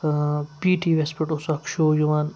P T V یَس پٮ۪ٹھ اوس اَکھ شو یِوان